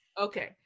Okay